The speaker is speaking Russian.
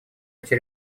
эти